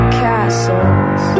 castles